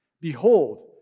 Behold